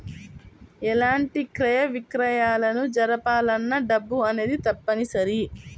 ఎలాంటి క్రయ విక్రయాలను జరపాలన్నా డబ్బు అనేది తప్పనిసరి